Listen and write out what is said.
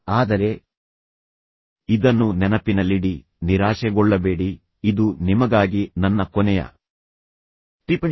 ಆದರೆ ಇದನ್ನು ನೆನಪಿನಲ್ಲಿಡಿ ನಿರಾಶೆಗೊಳ್ಳಬೇಡಿ ಇದು ನಿಮಗಾಗಿ ನನ್ನ ಕೊನೆಯ ಟಿಪ್ಪಣಿ